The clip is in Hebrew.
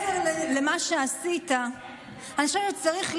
אני עוצר.